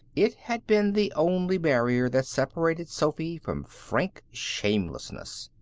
it had been the only barrier that separated sophy from frank shamelessness.